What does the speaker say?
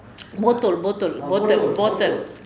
botol botol botol botol